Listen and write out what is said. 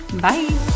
bye